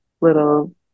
little –